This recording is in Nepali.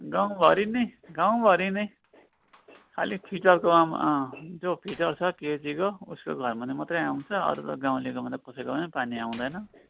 गाउँभरि नै गाउँभरनै खालि फिटरको जो फिटर छ केजीको उसको घर मुनि मात्र आउँछ अरू त गाउँलेकोमा कसैकोमा पनि पानी आउँदैन